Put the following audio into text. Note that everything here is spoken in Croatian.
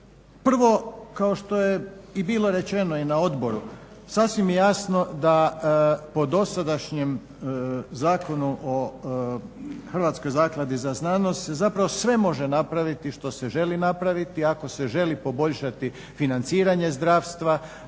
Prvo kao što je i bilo rečeno i na odboru sasvim je jasno da po dosadašnjem Zakonu o Hrvatskoj zakladi za znanost, zapravo se sve može napraviti što se želi napraviti, ako se želi poboljšati financiranje zdravstva,